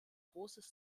großes